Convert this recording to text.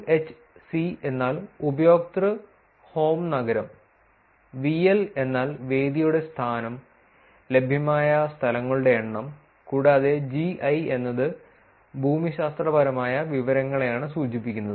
UHC എന്നാൽ ഉപയോക്തൃ home നഗരം വിഎൽ എന്നാൽ വേദിയുടെ സ്ഥാനം ലഭ്യമായ സ്ഥലങ്ങളുടെ എണ്ണം കൂടാതെ GI എന്നത് ഭൂമിശാസ്ത്രപരമായ വിവരങ്ങളെയാണ് സൂചിപ്പിക്കുന്നത്